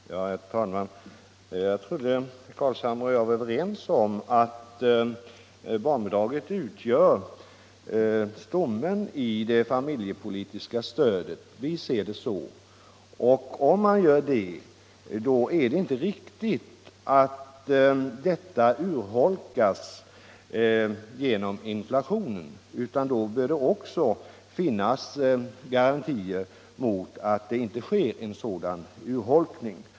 Herr talman! Jag trodde att herr Carlshamre och jag var överens om att barnbidraget utgör stommen i det familjepolitiska stödet. Centern ser det så och om man gör det, är det inte riktigt att låta detta bidrag urholkas genom inflationen, utan det bör finnas garantier mot en sådan urholkning.